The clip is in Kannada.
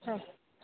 ಹಾಂ